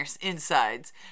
insides